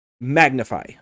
magnify